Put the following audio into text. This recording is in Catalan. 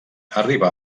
arribà